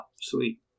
sweet